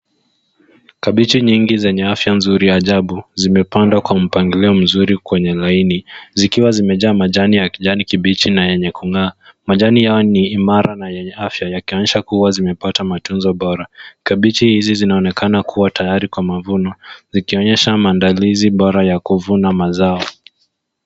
Kabichi nyingi zenye afya nzuri ya ajabu zimepandwa kwa mpangilio mzuri kwenye laini zikiwa zimejaa majani ya kijani kibichi na yenye kungaa. Majani yao ni imara na yenye afya yakionyesha zimepata matunzo bora. Kabichi hizi zinaonekana kuwa tayari kwa mavuno zikionyesha maandalizi bora ya kuvuna mazao.